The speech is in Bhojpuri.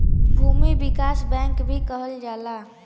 भूमि विकास बैंक भी कहल जाला